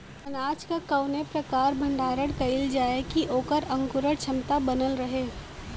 अनाज क कवने प्रकार भण्डारण कइल जाय कि वोकर अंकुरण क्षमता बनल रहे?